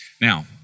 Now